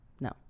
No